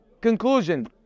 conclusion